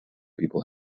people